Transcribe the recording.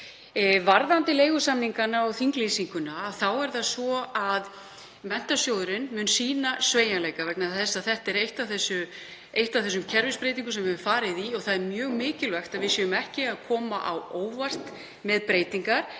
Varðandi leigusamningana og þinglýsingar er það svo að Menntasjóðurinn mun sýna sveigjanleika. Þetta er ein af þeim kerfisbreytingum sem við höfum farið í og það er mjög mikilvægt að við séum ekki að koma á óvart með breytingar.